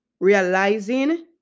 realizing